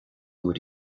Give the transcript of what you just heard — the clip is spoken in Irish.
uair